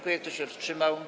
Kto się wstrzymał?